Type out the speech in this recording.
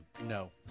No